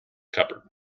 cupboard